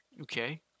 okay